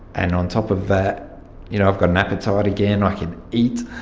and on top of that you know i've got an appetite again, i can eat.